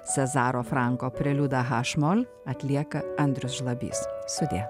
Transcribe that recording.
cezaro franko preliudą haš mol atlieka andrius žlabys sudie